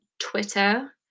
Twitter